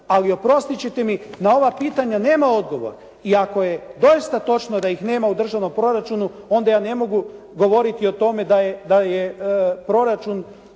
ali oprostiti ćete mi, na ova pitanja nema odgovora i ako je doista točno da ih nema u državnom proračunu, onda ja ne mogu govoriti o tome da je proračun